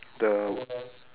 the